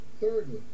Thirdly